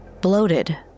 bloated